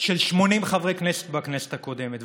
של 80 חברי כנסת בכנסת הקודמת,